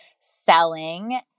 selling